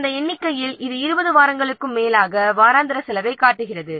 அந்த வரைபடத்தில் 20 வாரங்களுக்கும் மேலான வாராந்திர செலவு காட்டப்பட்டுள்ளது